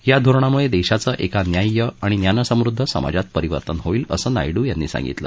या धोरणामुळे देशाचं एका न्याय्य आणि ज्ञानसमृद्ध समाजात परिवर्तन होईल असं नायडू यांनी सांगितलं